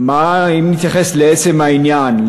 אם נתייחס לעצם העניין,